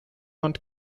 und